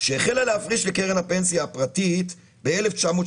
שהחלה להפריש לקרן הפנסיה הפרטית ב-1981,